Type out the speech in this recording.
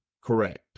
Correct